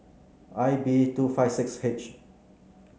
I B two five six H